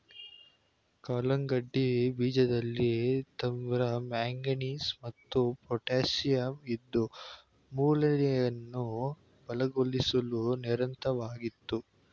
ಕಲ್ಲಂಗಡಿ ಬೀಜದಲ್ಲಿ ತಾಮ್ರ ಮ್ಯಾಂಗನೀಸ್ ಮತ್ತು ಪೊಟ್ಯಾಶಿಯಂ ಇದ್ದು ಮೂಳೆಯನ್ನ ಬಲಗೊಳಿಸ್ಲು ನೆರವಾಗ್ತದೆ